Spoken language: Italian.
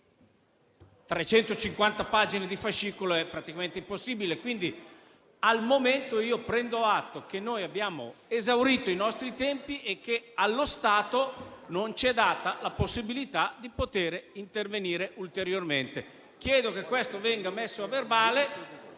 350 pagine di fascicolo è praticamente impossibile, quindi al momento prendo atto del fatto che noi abbiamo esaurito il nostro tempo e che, allo stato, non ci è data la possibilità di intervenire ulteriormente. Chiedo che questo venga messo a verbale